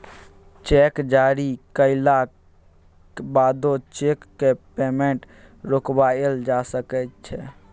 cheque जारी कएलाक बादो चैकक पेमेंट रोकबाएल जा सकै छै